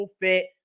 fit